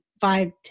five